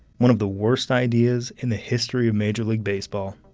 one of the worst ideas in the history of major league baseball.